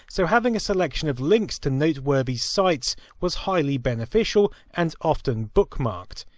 so having a selection of links to noteworthy sites was highly beneficial, and often bookmarked.